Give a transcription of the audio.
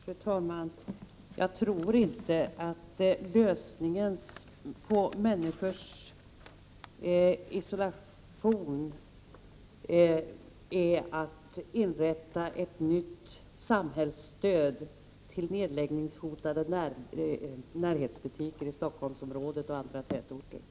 Fru talman! Jag tror inte att lösningen på problemet med människors isolering är att det inrättas ett nytt samhällsstöd till nedläggningshotade närbutiker i Stockholmsområdet och andra tätorter.